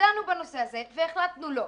שדנו בנושא הזה והחלטנו לא.